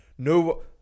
No